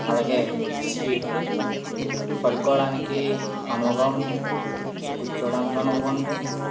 అలాగే సీట్లు పడుకోవడానికి అనువుగా ఉంటాయి కూర్చోవడానికి అనువుగా ఉంటాయి